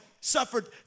suffered